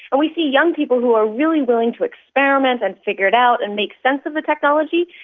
and we see young people who are really willing to experiment and figure it out and make sense of the technology,